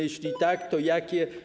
Jeśli tak, to jakie?